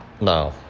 No